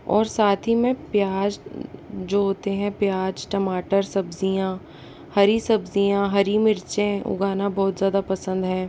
और साथ ही मैं प्याज जो होते हैं प्याज टमाटर सब्ज़ियां हरी सब्ज़ियां हरी मिर्चें उगाना बहुत ज़्यादा पसंद हैं